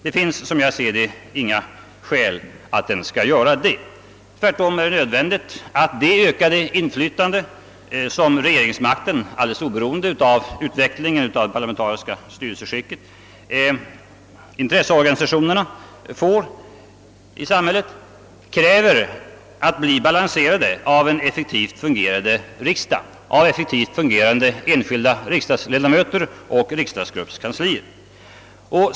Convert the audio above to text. Det finns som jag ser det inga skäl varför den skall göra detta. Tvärt om är det nödvändigt att det ökade inflytande som regeringsmakten, oberoende av utvecklingen av det parlamentariska styrelseskicket, får i samhället blir balanserad av en effektivt fungerande riksdag, av effektivt fungerande enskilda riksdagsledamöter och riksdagsgruppskanslier.